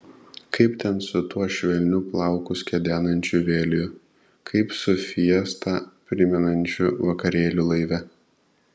kaip ten su tuo švelniu plaukus kedenančiu vėjeliu kaip su fiestą primenančiu vakarėliu laive